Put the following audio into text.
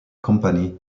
company